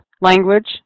language